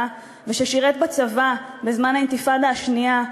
וששירת בצבא בזמן האינתיפאדה השנייה,